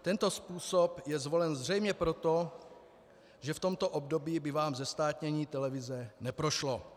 Tento způsob je zvolen zřejmě proto, že v tomto období by vám zestátnění televize neprošlo.